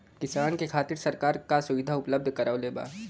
किसान के खातिर सरकार का सुविधा उपलब्ध करवले बा?